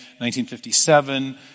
1957